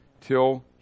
till